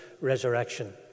resurrection